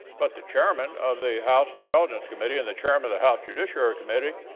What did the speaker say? but the chairman of the house intelligence committee and the chairman of the house judiciary committee